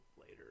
later